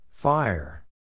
Fire